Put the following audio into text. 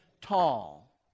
tall